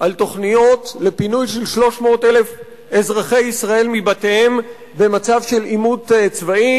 על תוכניות לפינוי של 300,000 אזרחי ישראל מבתיהם במצב של עימות צבאי.